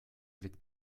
wird